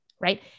right